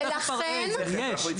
ואני הולך לפרט את זה, יש.